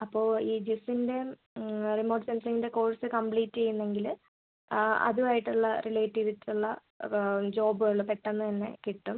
അപ്പോൾ ഈ ജിസ്സിൻ്റെ റിമോട്ട് സെൻസിംഗിൻ്റെ കോഴ്സ് കമ്പ്ലീറ്റ് ചെയ്യുന്നതെങ്കിൽ അതും ആയിട്ടുള്ള റിലേറ്റ് ചെയ്തിട്ടുള്ള ജോബുകൾ പെട്ടെന്ന് തന്നെ കിട്ടും